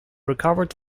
recovered